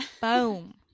Boom